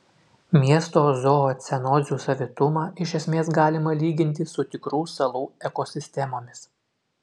miesto zoocenozių savitumą iš esmės galima lyginti su tikrų salų ekosistemomis